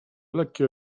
lekkie